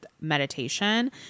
meditation